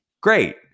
Great